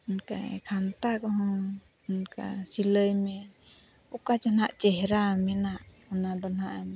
ᱚᱱᱠᱟᱜᱮ ᱠᱷᱟᱱᱛᱟ ᱠᱚᱦᱚᱸ ᱚᱱᱠᱟ ᱥᱤᱞᱟᱹᱭ ᱢᱮ ᱚᱠᱟ ᱪᱚ ᱱᱟᱜ ᱪᱮᱦᱨᱟ ᱢᱮᱱᱟᱜ ᱚᱱᱟ ᱫᱚ ᱱᱟᱜ ᱮᱢ